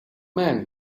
man